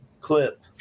clip